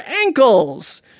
ankles